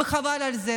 וחבל על זה,